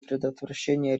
предотвращения